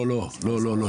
לא, לא.